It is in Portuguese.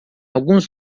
alguns